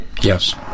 Yes